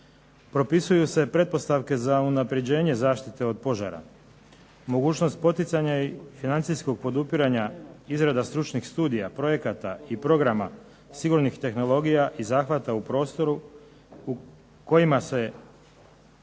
Propisuju se pretpostavke za unapređenje zaštite od požara, mogućnost poticanja i financijskog podupiranja, izrada stručnih studija, projekata i programa sigurnih tehnologija i zahvata u prostoru kojima se